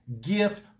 gift